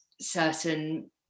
certain